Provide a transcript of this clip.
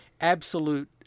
absolute